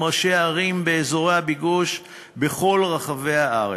ראשי ערים באזורי הביקוש בכל רחבי הארץ,